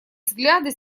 взгляды